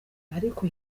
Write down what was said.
ariko